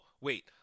wait